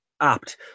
apt